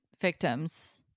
victims